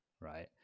right